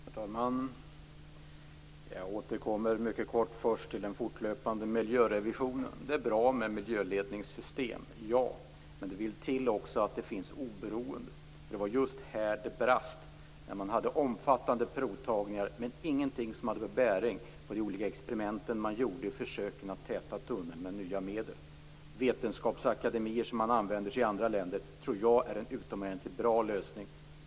Herr talman! Jag återkommer mycket kort först till frågan om den fortlöpande miljörevisionen. Det är bra med miljöledningssystem, men det vill till att det finns ett oberoende. Det var just här det brast. Det gjordes omfattande provtagningar, men ingenting hade bäring på de olika experiment man gjorde med att täta tunneln med nya medel. Vetenskapsakademier, som man använder sig av i andra länder, tror jag är en utomordentligt bra lösning.